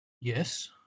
Yes